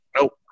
nope